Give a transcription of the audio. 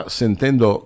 sentendo